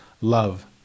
love